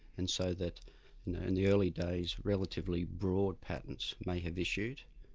and so that in the early days relatively broad patents may have issued,